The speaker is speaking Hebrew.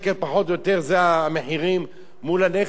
פחות או יותר אלה המחירים מול הנכס,